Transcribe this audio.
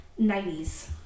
90s